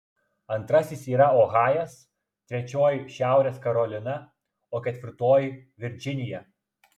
antrasis yra ohajas trečioji šiaurės karolina o ketvirtoji virdžinija